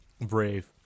Brave